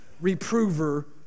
reprover